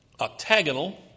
octagonal